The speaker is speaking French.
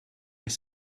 est